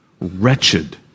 wretched